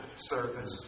service